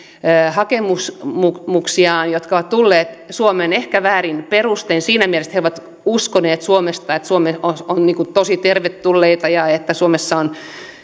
hakemuksiaan ja jotka ovat tulleet suomeen ehkä väärin perustein siinä mielessä että he ovat uskoneet suomesta että he ovat suomeen tosi tervetulleita ja että suomessa